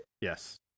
Yes